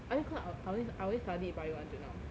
I think cause I I always I always studied bio until now